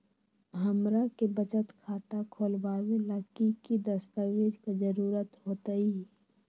हमरा के बचत खाता खोलबाबे ला की की दस्तावेज के जरूरत होतई?